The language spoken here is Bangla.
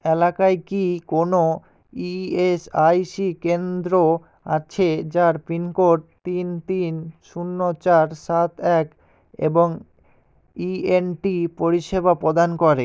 এলাকায় কি কোনও ই এস আই সি কেন্দ্র আছে যার পিনকোড তিন তিন শূন্য চার সাত এক এবং ই এন টি পরিষেবা প্রদান করে